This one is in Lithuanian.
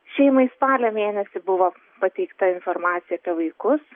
šeimai spalio mėnesį buvo pateikta informacija apie vaikus